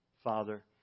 Father